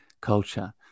culture